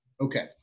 Okay